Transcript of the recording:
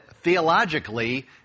theologically